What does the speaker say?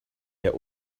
wer